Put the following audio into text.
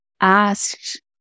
asked